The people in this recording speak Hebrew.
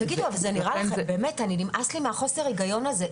תגידו, אבל באמת, נמאס לי מחוסר ההיגיון הזה.